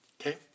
okay